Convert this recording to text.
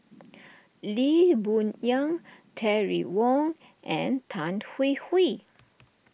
Lee Boon Yang Terry Wong and Tan Hwee Hwee